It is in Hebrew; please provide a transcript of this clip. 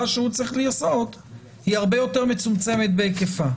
שהוא צריך לעשות היא הרבה יותר מצומצמת בהיקפה.